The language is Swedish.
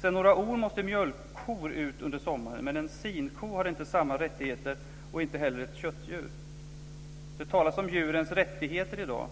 Sedan några år måste mjölkkor ut under sommaren. Men en sinko har inte samma rättigheter, och inte heller ett köttdjur. Det talas om djurens rättigheter i dag.